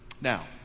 Now